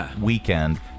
weekend